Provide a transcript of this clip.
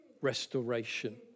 restoration